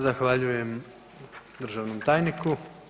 Zahvaljujem državnom tajniku.